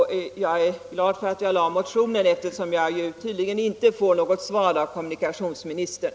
Jag är glad att jag väckte min motion, eftersom jag tydligen inte får något svar från kommunikationsministern.